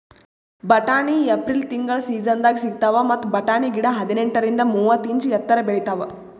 ಬಟಾಣಿ ಏಪ್ರಿಲ್ ತಿಂಗಳ್ ಸೀಸನ್ದಾಗ್ ಸಿಗ್ತಾವ್ ಮತ್ತ್ ಬಟಾಣಿ ಗಿಡ ಹದಿನೆಂಟರಿಂದ್ ಮೂವತ್ತ್ ಇಂಚ್ ಎತ್ತರ್ ಬೆಳಿತಾವ್